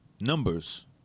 numbers